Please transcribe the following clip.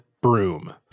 broom